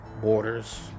Borders